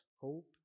hope